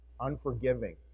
Unforgiving